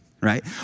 right